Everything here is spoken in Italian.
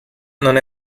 non